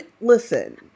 listen